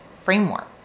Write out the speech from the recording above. framework